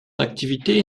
activité